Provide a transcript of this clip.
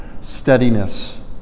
steadiness